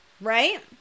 Right